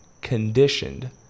conditioned